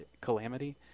calamity